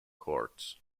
courts